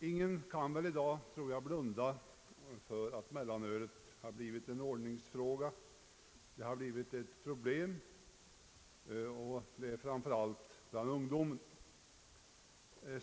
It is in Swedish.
Ingen kan väl i dag blunda för att mellanölet har blivit en ordningsfråga och ett problem framför allt bland ungdomen.